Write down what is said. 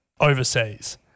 overseas